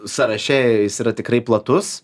sąraše jis yra tikrai platus